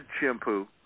shampoo